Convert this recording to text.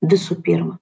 visų pirma